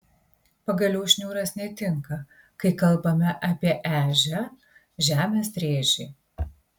pagaliau šniūras netinka kai kalbame apie ežią žemės rėžį